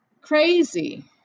crazy